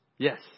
Yes